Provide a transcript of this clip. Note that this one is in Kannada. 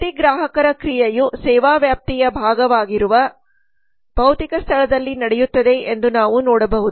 ಪ್ರತಿ ಗ್ರಾಹಕರ ಕ್ರಿಯೆಯು ಸೇವಾ ವ್ಯಾಪ್ತಿಯ ಭಾಗವಾಗಿರುವ ಭೌತಿಕ ಸ್ಥಳದಲ್ಲಿ ನಡೆಯುತ್ತದೆ ಎಂದು ನಾವು ನೋಡಬಹುದು